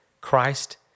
Christ